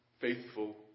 Faithful